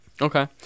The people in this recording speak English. Okay